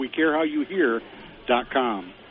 wecarehowyouhear.com